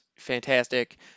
fantastic